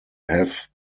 have